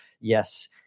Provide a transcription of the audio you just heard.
Yes